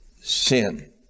sin